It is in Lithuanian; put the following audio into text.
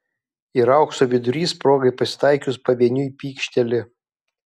ir aukso vidurys progai pasitaikius pavieniui pykšteli